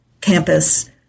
campus